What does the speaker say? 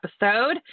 episode